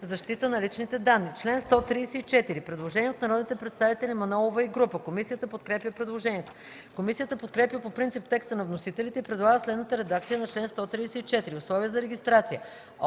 защита на личните данни. По чл. 141 има предложение от народните представители Мая Манолова и група. Комисията подкрепя предложението. Комисията подкрепя по принцип текста на вносителите и предлага следната редакция на чл. 141: „Условия за регистрация.